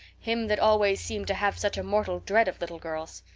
him that always seemed to have such a mortal dread of little girls.